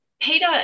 Peter